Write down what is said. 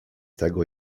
tego